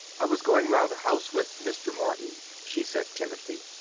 i was going round the house with mr. morton, she said timidly.